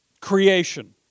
creation